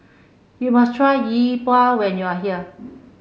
you must try Yi Bua when you are here